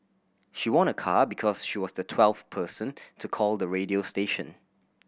she won a car because she was the twelfth person to call the radio station